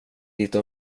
lite